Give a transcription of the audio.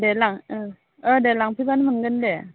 दे लां दे लांफैबानो मोनगोन दे